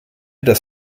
das